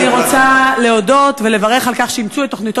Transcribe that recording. אני רוצה להודות ולברך על כך שאימצו את תוכניתו